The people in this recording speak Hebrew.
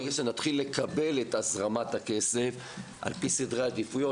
ברגע שנתחיל לקבל את הזרמת הכסף על פי סדרי עדיפויות,